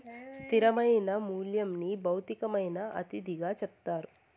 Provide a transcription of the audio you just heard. స్థిరమైన మూల్యంని భౌతికమైన అతిథిగా చెప్తారు